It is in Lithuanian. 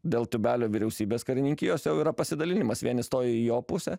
dėl tūbelio vyriausybės karininkijos jau yra pasidalinimas vieni stoja į jo pusę